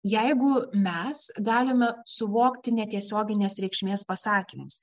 jeigu mes galime suvokti netiesioginės reikšmės pasakymus